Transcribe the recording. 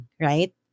right